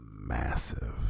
massive